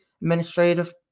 administrative